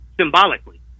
symbolically